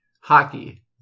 hockey